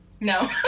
no